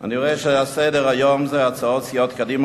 אני רואה שעל סדר-היום זה הצעות סיעות קדימה